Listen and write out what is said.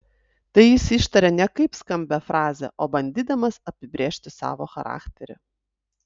tai jis ištaria ne kaip skambią frazę o bandydamas apibrėžti savo charakterį